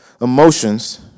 emotions